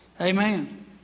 Amen